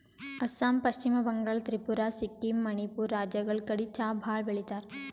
ಅಸ್ಸಾಂ, ಪಶ್ಚಿಮ ಬಂಗಾಳ್, ತ್ರಿಪುರಾ, ಸಿಕ್ಕಿಂ, ಮಣಿಪುರ್ ರಾಜ್ಯಗಳ್ ಕಡಿ ಚಾ ಭಾಳ್ ಬೆಳಿತಾರ್